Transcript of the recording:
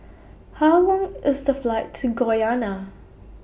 How Long IS The Flight to Guyana